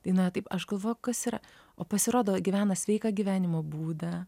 į na taip aš galvoju kas yra o pasirodo gyvena sveiką gyvenimo būdą